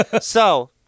So-